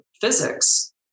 physics